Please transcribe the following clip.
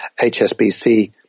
HSBC